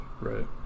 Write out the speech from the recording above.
right